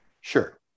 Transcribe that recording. Sure